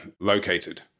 located